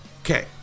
Okay